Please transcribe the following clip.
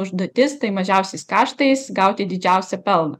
užduotis tai mažiausiais kaštais gauti didžiausią pelną